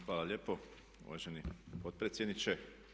Hvala lijepo uvaženi potpredsjedniče.